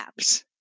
apps